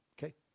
Okay